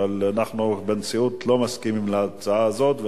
אבל אנחנו בנשיאות לא מסכימים להצעה הזאת,